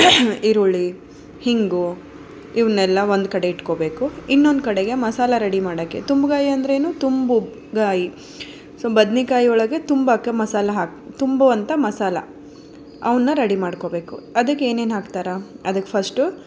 ಈರುಳ್ಳಿ ಹಿಂಗು ಇವನ್ನೆಲ್ಲ ಒಂದು ಕಡೆ ಇಟ್ಕೊಳ್ಬೇಕು ಇನ್ನೊಂದು ಕಡೆಗೆ ಮಸಾಲೆ ರೆಡಿ ಮಾಡೋಕೆ ತುಂಬ್ಗಾಯಿ ಅಂದ್ರೂನು ತುಂಬುಗಾಯಿ ಸೊ ಬದ್ನೇಕಾಯಿ ಒಳಗೆ ತುಂಬೋಕೆ ಮಸಾಲ ಹಾಕಿ ತುಂಬುವಂಥ ಮಸಾಲ ಅವನ್ನ ರೆಡಿ ಮಾಡ್ಕೊಳ್ಬೇಕು ಅದಕ್ಕೆ ಏನೇನು ಹಾಕ್ತಾರೆ ಅದಕ್ಕೆ ಫಸ್ಟು